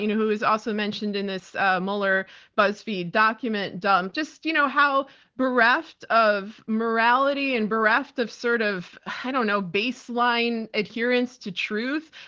you know who is also mentioned in this mueller buzzfeed document dump, just you know how bereft of morality and bereft of sort of, i don't know, baseline adherence to truth,